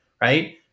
right